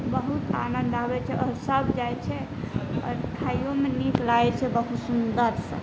बहुत आनन्द आबै छै आओर सब जाइ छै आओर खाइओमे नीक लागै छै बहुत सुन्दरसँ